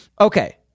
okay